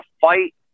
fight